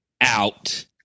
Out